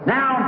Now